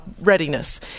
readiness